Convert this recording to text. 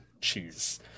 cheese